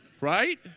right